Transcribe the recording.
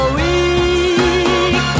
weak